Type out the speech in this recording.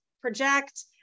project